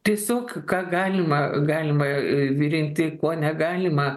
tiesiog ką galima galima virinti ko negalima